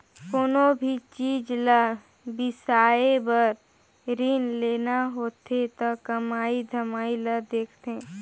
कोनो भी चीच ल बिसाए बर रीन लेना होथे त कमई धमई ल देखथें